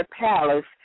palace